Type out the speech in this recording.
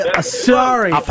Sorry